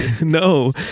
No